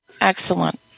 Excellent